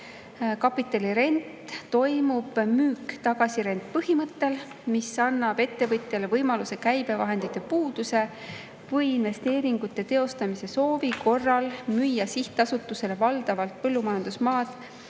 Kapitalirent toimub müük-tagasirent-põhimõttel, mis annab ettevõtjale võimaluse käibevahendite puuduse või investeeringute teostamise soovi korral müüa sihtasutusele valdavalt põllumajandusmaad